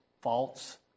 faults